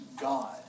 God